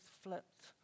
flipped